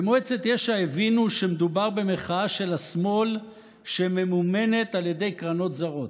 במועצת יש"ע הבינו שמדובר במחאה של השמאל שממומנת על ידי קרנות זרות,